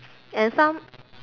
and some